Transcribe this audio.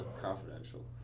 confidential